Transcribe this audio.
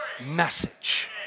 message